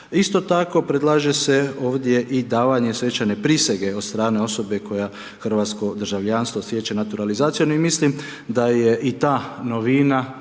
Isto tako predlaže se ovdje i davanje svečane prisege od strane osobe koja hrvatsko državljanstvo stječe naturalizacijom i mislim da je i ta novina